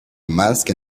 mask